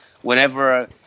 Whenever